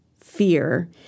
fear